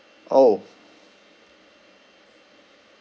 orh